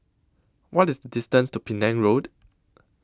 What IS distance to Penang Road